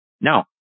No